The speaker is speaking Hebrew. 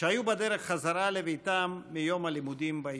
שהיו בדרך חזרה לביתם מיום הלימודים בישיבה.